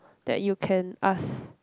that you can ask